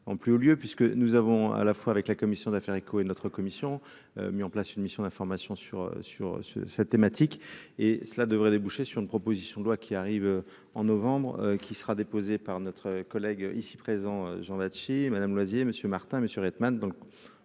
en plus haut lieu puisque nous avons à la fois avec la commission d'affaires et notre commission mis en place une mission d'information sur sur ce cette thématique et cela devrait déboucher sur une proposition de loi qui arrive en novembre qui sera déposé par notre collègue ici présent Jean Madame Loisy monsieur Martin Monsieur Reitmans